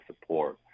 support